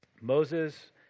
Moses